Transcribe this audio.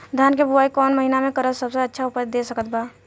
धान के बुआई कौन महीना मे करल सबसे अच्छा उपज दे सकत बा?